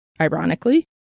ironically